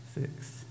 six